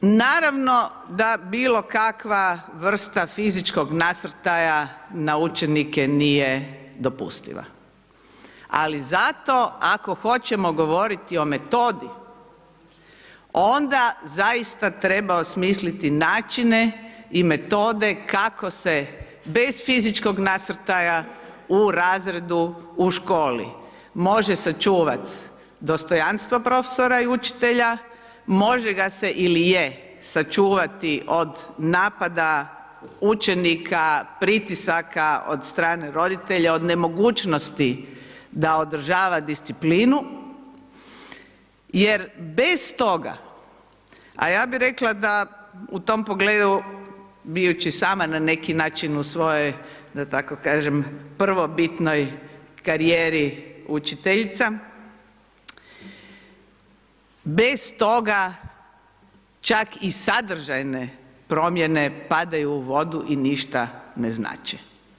Naravno da bilo kakva vrsta fizičkog nasrtaja na učenike nije dopustiva, ali zato ako hoćemo govoriti o metodi onda zaista treba osmisliti načine i metode kako se bez fizičkog nasrtaja u razredu u školi može sačuvat dostojanstvo profesora i učitelja, može ga se il je sačuvati od napada učenika, pritisaka od strane roditelja od nemogućnosti da održava disciplinu, jer bez toga a ja bi rekla da u tom pogledu bijući sama na neki način u svojoj da tako kažem prvobitnoj karijeri učiteljica, bez toga čak i sadržajne promjene padaju u vodu i ništa ne znače.